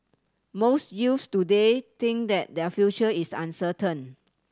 most youths today think that their future is uncertain